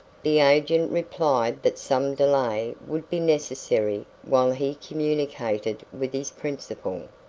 the agent replied that some delay would be necessary while he communicated with his principal.